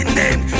name